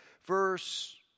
Verse